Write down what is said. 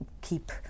keep